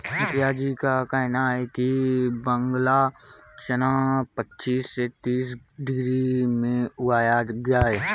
मुखिया जी का कहना है कि बांग्ला चना पच्चीस से तीस डिग्री में उगाया जाए